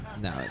No